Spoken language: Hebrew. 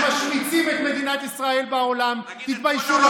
להכתיר ראש ממשלה זה לא